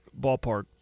Ballpark